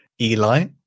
Eli